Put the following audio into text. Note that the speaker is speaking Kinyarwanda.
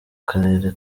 karere